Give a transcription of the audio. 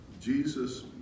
Jesus